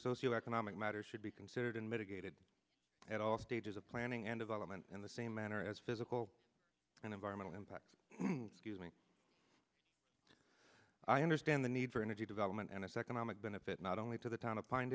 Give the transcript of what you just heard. socio economic matters should be considered unmitigated at all stages of planning and development in the same manner as physical and environmental impact using i understand the need for energy development and its economic benefit not only to the t